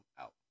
out